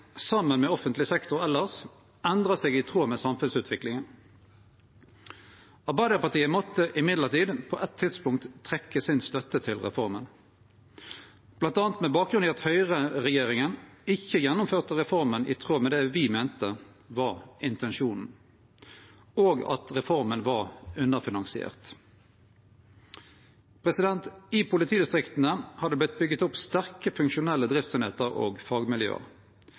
saman med offentleg sektor elles, endrar seg i tråd med samfunnsutviklinga. Arbeidarpartiet måtte likevel på eit tidspunkt trekkje si støtte til reforma, bl.a. med bakgrunn i at høgreregjeringa ikkje gjennomførte reforma i tråd med det vi meinte var intensjonen, og at reforma var underfinansiert. I politidistrikta har det vorte bygd opp sterke funksjonelle driftseiningar og